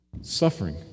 suffering